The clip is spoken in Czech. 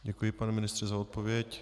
Děkuji, pane ministře za odpověď.